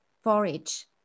forage